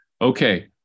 okay